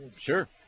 Sure